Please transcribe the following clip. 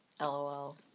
LOL